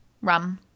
rum